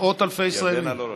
מאות אלפי ישראלים.